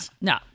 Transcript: no